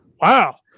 wow